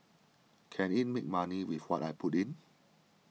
can it make money with what I put in